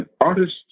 Artists